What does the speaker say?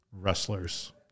Wrestlers